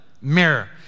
mirror